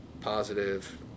positive